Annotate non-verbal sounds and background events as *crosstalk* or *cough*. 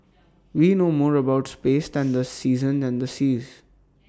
we know more about space *noise* than the seasons and the seas